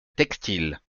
textile